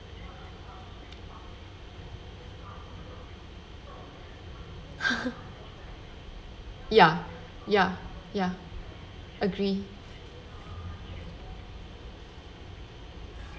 ya ya ya agree